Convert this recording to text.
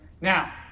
Now